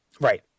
Right